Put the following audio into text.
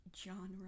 genre